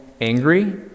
angry